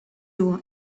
you